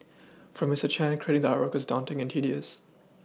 for Mister Chan creating the artwork was daunting and tedious